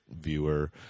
viewer